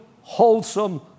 wholesome